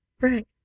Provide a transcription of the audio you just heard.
Right